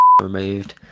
removed